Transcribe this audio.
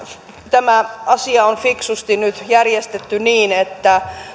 tämä asia on fiksusti nyt järjestetty niin että